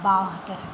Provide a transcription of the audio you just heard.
বাওঁহাতে থাকে